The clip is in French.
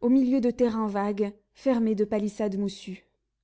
au milieu de terrains vagues fermés de palissades moussues